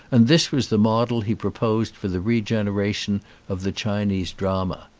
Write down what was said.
and this was the model he proposed for the regeneration of the chinese drama.